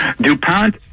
DuPont